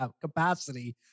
capacity